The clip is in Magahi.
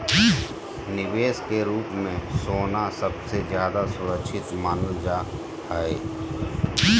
निवेश के रूप मे सोना सबसे ज्यादा सुरक्षित मानल जा हय